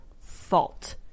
fault